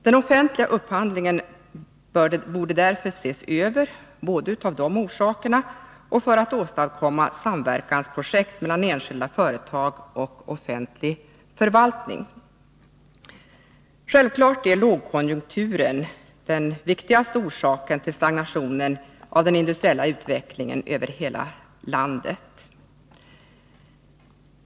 Den offentliga upphandlingen borde därför ses över, både av dessa orsaker och för att åstadkomma samverkansprojekt mellan enskilda företag och offentlig förvaltning. Självfallet är lågkonjunkturen den viktigaste orsaken till stagnationen av den industriella utvecklingen över hela landet.